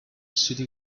city